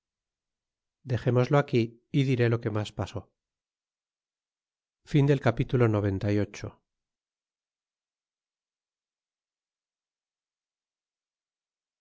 dexémoslo aquí y diré lo que mas pasó capitulo xcix